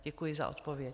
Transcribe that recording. Děkuji za odpověď.